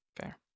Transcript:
fair